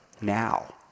now